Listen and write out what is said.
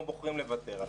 או בוחרים לוותר עליו.